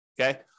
okay